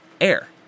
air